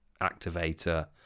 activator